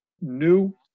new